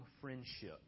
friendship